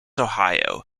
ohio